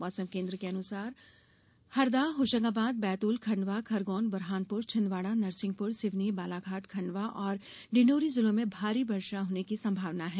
मौसम केन्द्र के अनुसार हरदा होशंगाबाद बैतूल खंडवा खरगौन बुरहानपुर छिंदवाड़ा नरसिंहपुर सिवनी बालाघाट खंडवा और डिंडौरी जिले में भारी होने की संभावना है